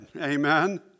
Amen